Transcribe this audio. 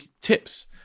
tips